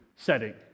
setting